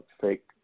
fake